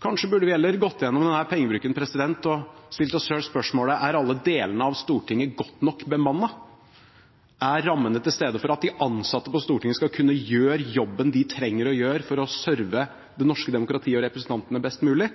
Kanskje burde vi heller gått igjennom denne pengebruken og stilt oss selv spørsmålet: Er alle delene av Stortinget godt nok bemannet? Er rammene til stede for at de ansatte på Stortinget skal kunne gjøre jobben de trenger å gjøre for å serve det norske demokratiet og representantene best mulig?